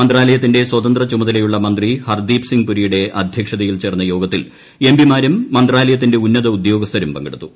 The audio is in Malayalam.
മന്ത്രാലയത്തിന്റെ സ്വതന്ത്ര ചുമതലയുള്ള് മന്ത്രി ഹർദീപ് സിംഗ് പുരിയുടെ അധ്യക്ഷതയിൽ ചേർന്ന യോഗത്തിൽ എം പി മാരും മന്ത്രാലയത്തിന്റെ ഉന്നത ഉദ്യോഗസ്ഥരും പങ്കെടുത്തു